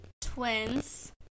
twins